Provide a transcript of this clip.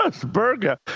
burger